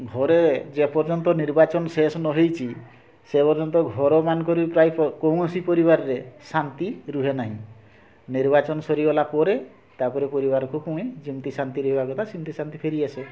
ଘରେ ଯେ ପର୍ଯ୍ୟନ୍ତ ନିର୍ବାଚନ ଶେଷ ନ ହୋଇଛି ସେ ପର୍ଯ୍ୟନ୍ତ ଘରମାନଙ୍କରେ ପ୍ରାୟ କୌଣସି ପରିବାରରେ ଶାନ୍ତି ରହେ ନାହିଁ ନିର୍ବାଚନ ସରିଗଲା ପରେ ତା'ପରେ ପରିବାରକୁ ପୁଣି ଯେମିତି ଶାନ୍ତି ରହିବା କଥା ସେମିତି ଫେରିଆସେ